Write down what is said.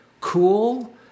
cool